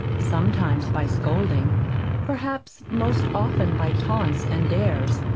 sometimes by scolding perhaps most often by taunts and dares,